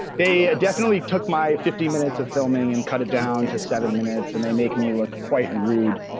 they ah definitely took my fifty minutes of filming and cut it down to seven minutes and they make me look quite rude,